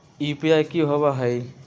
UPI कि होअ हई?